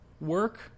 work